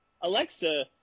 Alexa